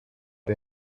der